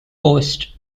coast